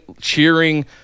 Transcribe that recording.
cheering